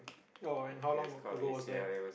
oh and how long ago was that